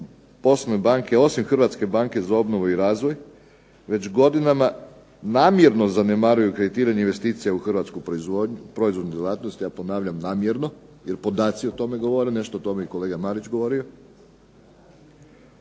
poslovne banke, osim Hrvatske banke za obnovu i razvoj, već godinama namjerno zanemaruju kreditiranje investicija u hrvatsku proizvodnju, proizvodnu djelatnost, ja ponavljam namjerno, jer podaci o tome govore, nešto je o tome i kolega Marić govorio.